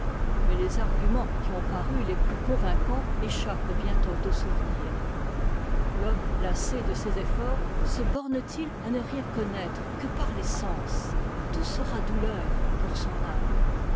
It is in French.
mais les arguments qui ont paru tes plus convaincants échappent bientôt au souvenir l'homme lassé de ces efforts se borne t il à ne rien connaître que par tes sens tout sera douleur pour son âme